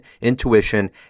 intuition